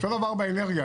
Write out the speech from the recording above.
אותו דבר באנרגיה.